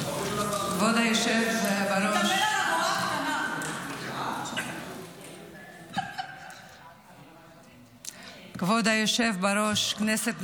כבוד היושב בראש, כנסת נכבדה,